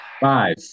Five